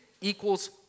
equals